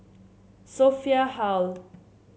Sophia Hull